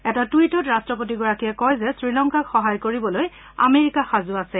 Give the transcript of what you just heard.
এটা টুইটত ৰাট্টপতিগৰাকীয়ে কয় যে শ্ৰীলংকাক সহায় কৰিবলৈ আমেৰিকা সাজু আছে